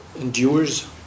endures